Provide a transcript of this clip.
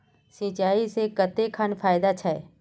सिंचाई से कते खान फायदा छै?